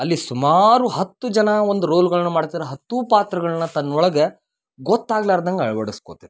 ಅಲ್ಲಿ ಸುಮಾರು ಹತ್ತು ಜನ ಒಂದು ರೋಲ್ಗಳ್ನ ಮಾಡ್ತಿದ್ರ ಹತ್ತು ಪಾತ್ರಗಳನ್ನ ತನ್ನೊಳಗ ಗೊತ್ತಾಗ್ಲಾರ್ದಂಗ ಅಳ್ವಡ್ಸ್ಕೊತೈತಿ